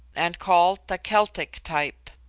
and called the celtic type.